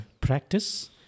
practice